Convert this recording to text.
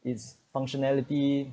its functionality